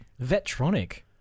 Vetronic